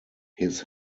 his